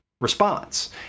response